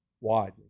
widely